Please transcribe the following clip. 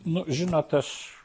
nu žinot aš